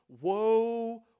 Woe